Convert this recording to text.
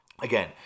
Again